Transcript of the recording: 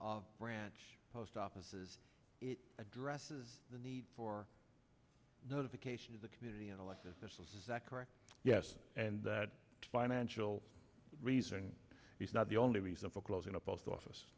of branch post offices it addresses the need for notification of the community and elected officials is that correct yes and that financial reason is not the only reason for closing a post office